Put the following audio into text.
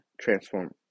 transform